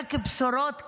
רק בשורות כאלה.